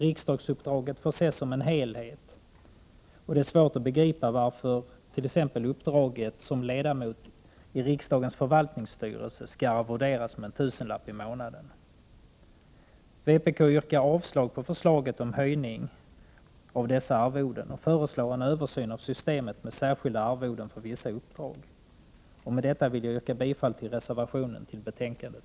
Riksdagsuppdraget får ses som en helhet, och det är svårt att begripa varför t.ex. uppdraget som ledamot i riksdagens förvaltningsstyrelse skall arvoderas med en tusenlapp i månaden. Vpk yrkar avslag på förslaget om höjning av dessa arvoden och föreslår en översyn av systemet med särskilda arvoden för vissa uppdrag. Med detta ber jag att få yrka bifall till reservationen i betänkandet.